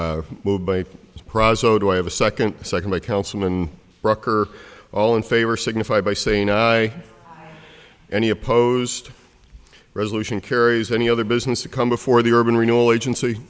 city by surprise so do i have a second secondly councilman rucker all in favor signify by saying i any opposed to resolution carries any other business to come before the urban renewal agency